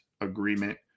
agreement